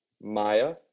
Maya